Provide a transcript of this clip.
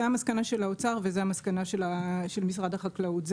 זה המסקנה של האוצר וזה המסקנה של משרד החקלאות,